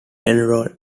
enrolled